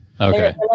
Okay